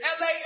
LA